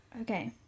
Okay